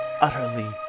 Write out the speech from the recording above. utterly